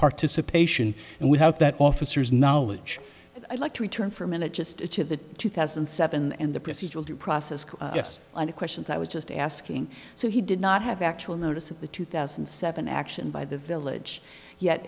participation and without that officers knowledge i'd like to return for a minute just each of the two thousand and seven and the procedural due process and questions i was just asking so he did not have actual notice of the two thousand and seven action by the village yet